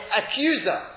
accuser